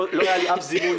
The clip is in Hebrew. לא היה לי אף זימון,